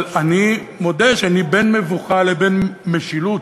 אבל אני מודה שאני, בין מבוכה לבין משילות,